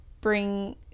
bring